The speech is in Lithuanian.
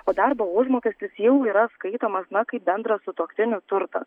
o darbo užmokestis jau yra skaitomas na kaip bendras sutuoktinių turtas